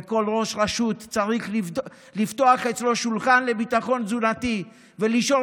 וכל ראש רשות צריך לפתוח אצלו שולחן לביטחון תזונתי ולשאול